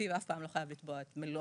המיטיב אף פעם לא חייב לתבוע את מלוא